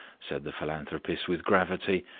said the philanthropist with gravity,